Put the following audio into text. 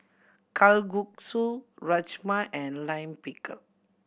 Kalguksu Rajma and Lime Pickle